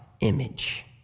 image